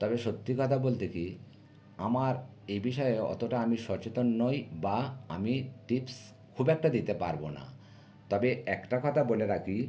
তবে সত্যি কথা বলতে কী আমার এই বিষয়ে অতটা আমি সচেতন নই বা আমি টিপস খুব একটা দিতে পারব না তবে একটা কথা বলে রাখি